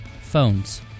phones